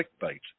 clickbait